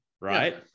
right